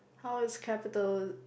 how's capital